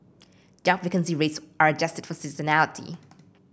job vacancy rates are adjusted for seasonality